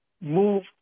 Move